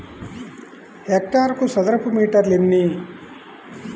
హెక్టారుకు చదరపు మీటర్లు ఎన్ని?